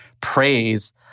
praise